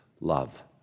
love